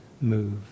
move